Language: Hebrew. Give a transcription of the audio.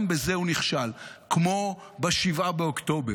גם בזה הוא נכשל, כמו ב-7 באוקטובר,